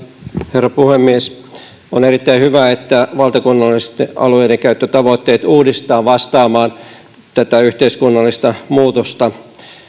herra puhemies on erittäin hyvä että valtakunnalliset alueidenkäyttötavoitteet uudistetaan vastaamaan tätä yhteiskunnallista muutosta